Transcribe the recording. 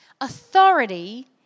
Authority